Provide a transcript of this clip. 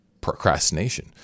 procrastination